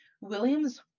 Williams